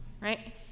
right